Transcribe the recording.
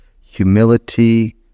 humility